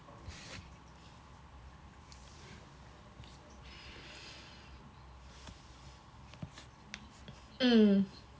mm